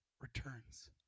returns